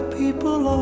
people